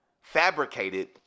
fabricated